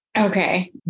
Okay